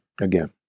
again